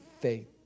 faith